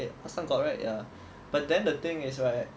eh last time got right ya but then the thing is right